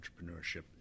entrepreneurship